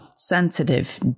sensitive